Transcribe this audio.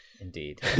Indeed